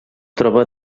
troba